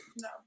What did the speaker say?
no